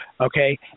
Okay